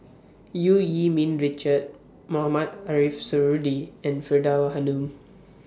EU Yee Ming Richard Mohamed Ariff Suradi and Faridah Hanum